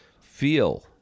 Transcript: feel